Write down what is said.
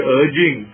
urging